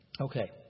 Okay